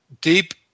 deep